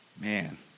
Man